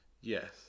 yes